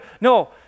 No